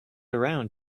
around